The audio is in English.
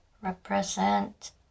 represent